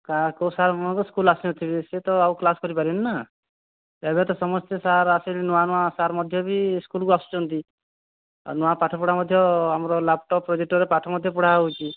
କେଉଁ ସାର୍ କେଉଁ ଦିନ ସ୍କୁଲ ଆସିନଥିବେ ସେ ତ ଆଉ କ୍ଲାସ କରିପାରିବେନିନା ଏବେ ତ ସମସ୍ତେ ସାର୍ ଆସିଲେଣି ନୂଆ ନୂଆ ସାର୍ ମଧ୍ୟ ବି ସ୍କୁଲକୁ ଆସୁଛନ୍ତି ନୂଆ ପାଠ ପଢ଼ା ମଧ୍ୟ ଆମର ଲ୍ୟାପଟପ ପ୍ରୋଜେକ୍ଟର ରେ ପାଠ ମଧ୍ୟ ପଢ଼ା ହେଉଛି